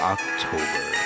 October